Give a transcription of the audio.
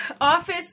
office